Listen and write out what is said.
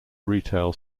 retail